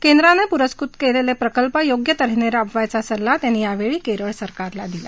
केंद्राने पुरस्कृत केलेले प्रकल्प योग्य त हेने राबवावयाचा सल्ला त्यांनी यावेळी केरळ सरकारला दिला